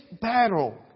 battle